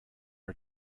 are